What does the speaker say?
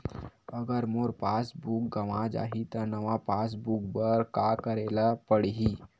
अगर मोर passbook गवां जाहि त नवा पास बुक बर का करे ल पड़हि?